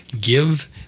give